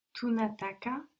Tunataka